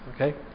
okay